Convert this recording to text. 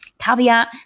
caveat